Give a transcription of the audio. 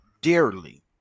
dearly